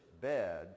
bed